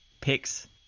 picks